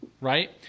right